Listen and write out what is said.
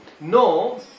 No